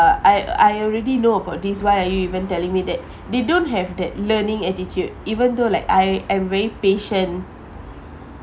I I already know about this why are you even telling me that they don't have that learning attitude even though like I am very patient